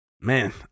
man